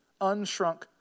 unshrunk